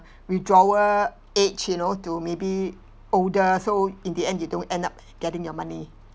withdrawal age you know to maybe older so in the end you don't end up getting your money